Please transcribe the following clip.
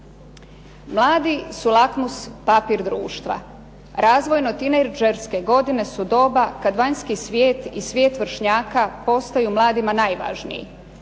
Mladi su lakmus papir društva. Razvojno tinejdžerske godine su doba kada vanjski svijet i svijet vršnjaka postaju mladima najvažniji.